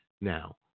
Now